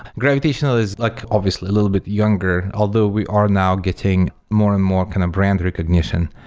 gravitational is like obviously a little bit younger, although we are now getting more and more kind of brand recognition.